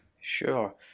Sure